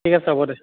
ঠিক আছে হ'ব দে